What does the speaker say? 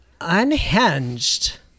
Unhinged